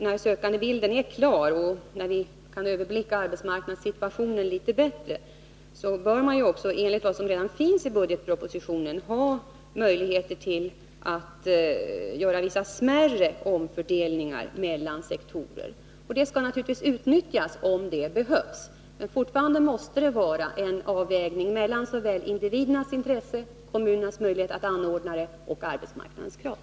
När sökandebilden är klar och när vi bättre kan överblicka arbetsmarknadssituationen bör man, enligt vad som föreslås redan i budgetpropositionen, ha möjligheter att göra vissa smärre omfördelningar mellan sektorer. Det skall naturligtvis utnyttjas om det behövs. Men fortfarande måste det vara en avvägning mellan såväl individernas intresse som kommunernas möjligheter att anordna utbildningen och arbetsmarknadens krav.